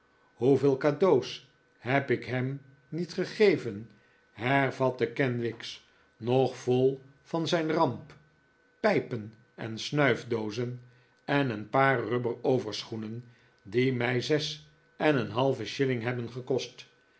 hoeveel cadeaux heb ik hem niet gegeven hervatte kenwigs nog vol van zijn ramp pijpen en snuifdoozen en een paar rubber overschoenen die mij zes en een halven shilling hebben gekost